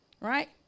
Right